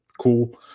Cool